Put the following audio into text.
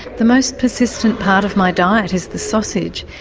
the most persistent part of my diet is the sausage,